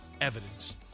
evidence